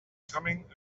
coming